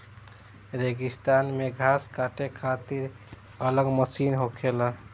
रेगिस्तान मे घास काटे खातिर अलग मशीन होखेला